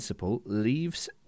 leaves